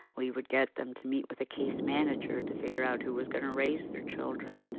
we would get them to meet with a case manager to figure out who was going to raise their children.